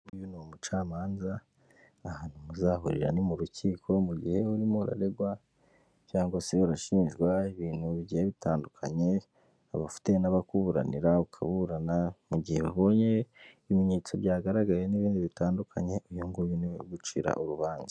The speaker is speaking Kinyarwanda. Uyu ni umucamanza, ahantu muzahurira ni mu rukiko mu gihe urimo uraregwa cyangwa se urashinjwa ibintu bigiye bitandukanye, aba afite n'abakuburanira ukaburana mu gihe wabonye ibimenyetso byagaragaye n'ibindi bitandukanye uyu nguyu ni we ugucira urubanza.